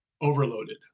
overloaded